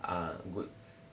uh good